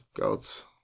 Goats